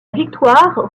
victoire